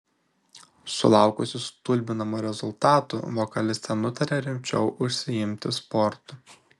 sulaukusi stulbinamų rezultatų vokalistė nutarė rimčiau užsiimti sportu